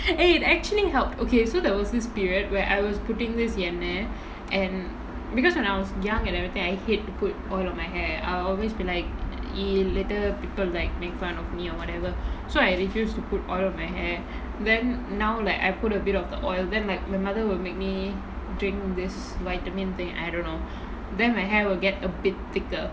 it actually helped okay so there was this period where I was putting this எண்ணெய்:ennai and because when I was young and everything I hate to put oil on my hair I always be like !ee! later people like make fun of me or whatever so I refuse to put oil on my hair then now like I put a bit of the oil then like my mother will make me drink this vitamin thing I don't know then my hair will get a bit thicker